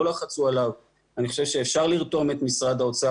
אני חושב שאפשר לרתום את משרד האוצר,